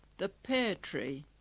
the pear tree,